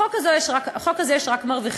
בחוק הזה יש רק מרוויחים: